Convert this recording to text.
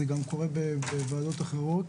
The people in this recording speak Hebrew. זה גם קורה בוועדות אחרות,